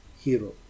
hero